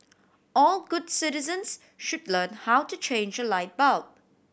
all good citizens should learn how to change a light bulb